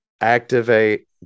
activate